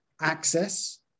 access